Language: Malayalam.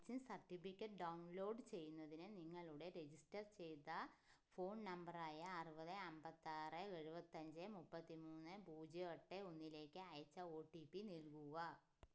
വാക്സിൻ സർട്ടിഫിക്കറ്റ് ഡൗൺലോഡ് ചെയ്യുന്നതിന് നിങ്ങളുടെ രജിസ്റ്റർ ചെയ്ത ഫോൺ നമ്പറായ അറുപതെ അമ്പത്തിയാറെ എഴുപത്തിയഞ്ച് മുപ്പത്തിമൂന്നെ പൂജ്യം എട്ട് ഒന്നിലേക്ക് അയച്ച ഒ ടി പി നൽകുക